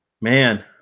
man